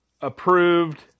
approved